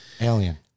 alien